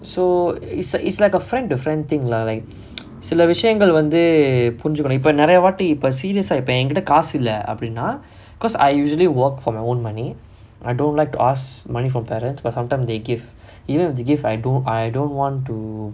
so it's a it's like a friend to friend thing lah சில விஷயங்கள் வந்து புரிஞ்சுக்கணும் இப்ப நிறையாவாட்டி இப்ப:sila vishayangal vanthu purinjukkanum ippa niraiyaavaatti ippa serious ah இப்ப என்கிட்ட காசில்ல அப்டினா:ippa enkitta kaasilla apdinaa because I usually work for my own money I don't like to ask money from parents but sometime they give but even if they give I don't I don't want to